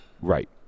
Right